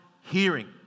hearing